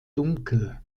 dunkel